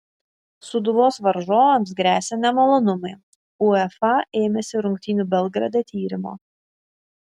sūduvos varžovams gresia nemalonumai uefa ėmėsi rungtynių belgrade tyrimo